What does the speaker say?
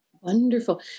Wonderful